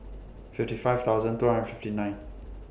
fifty five thousand two hundred fifty nine